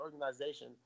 organization